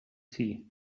see